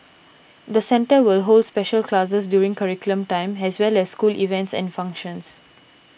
the centre will hold special classes during curriculum time as well as school events and functions